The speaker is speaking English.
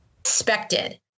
expected